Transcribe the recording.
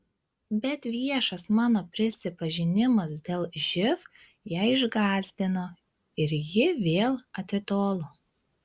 bet viešas mano prisipažinimas dėl živ ją išgąsdino ir ji vėl atitolo